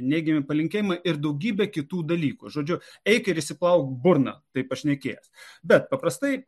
neigiami palinkėjimai ir daugybė kitų dalykų žodžiu eik ir išsiplauk burną tai pašnekėjęs bet paprastai